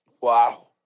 Wow